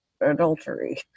adultery